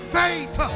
faith